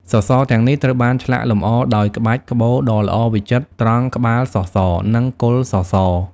សសរទាំងនេះត្រូវបានឆ្លាក់លម្អដោយក្បាច់ក្បូរដ៏ល្អវិចិត្រត្រង់ក្បាលសសរ និងគល់សសរ។